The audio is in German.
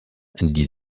die